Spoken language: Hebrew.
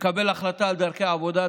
לקבל החלטה על דרכי העבודה,